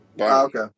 Okay